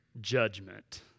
judgment